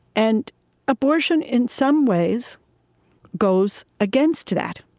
and abortion in some ways goes against that